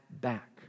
back